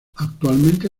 actualmente